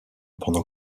pendant